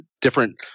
different